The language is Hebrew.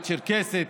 הצ'רקסית.